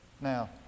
Now